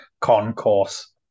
concourse